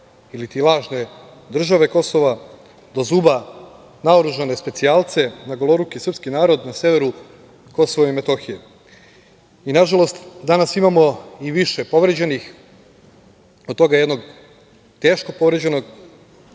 ili ti lažne države Kosova, do zuba naoružane specijalce na goloruki srpski narod na severu Kosova i Metohije. Nažalost, danas imamo više povređenih, od toga jednog teško povređenog